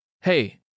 Hey